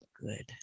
Good